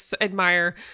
admire